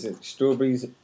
Strawberries